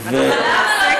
שנדע,